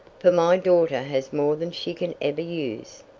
for my daughter has more than she can ever use.